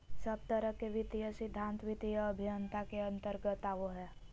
सब तरह के वित्तीय सिद्धान्त वित्तीय अभयन्ता के अन्तर्गत आवो हय